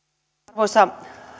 arvoisa